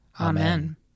Amen